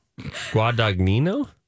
Guadagnino